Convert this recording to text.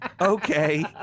Okay